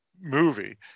movie –